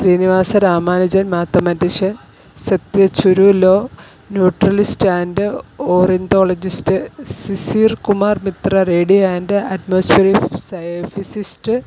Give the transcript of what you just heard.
Srinivasa Ramanujan mathematician Satya Churn Law naturalist and ornithologist Sisir Kumar Mitra radio and atmospheric psi physicist